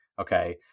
Okay